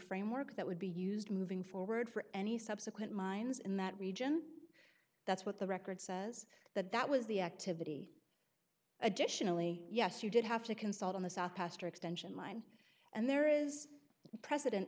framework that would be used moving forward for any subsequent mines in that region that's what the record says that that was the activity additionally yes you did have to consult on the south pastor extension mine and there is precedent